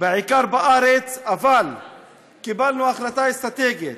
בעיקר בארץ, אבל קיבלנו החלטה אסטרטגית